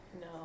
No